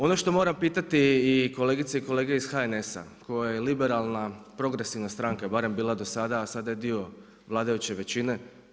Ono što moram pitati i kolegice i kolege iz HNS-a koja je liberalna, progresivna stranka, barem bila dosada, a sada je dio vladajuće većine.